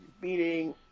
beating